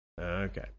Okay